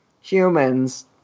humans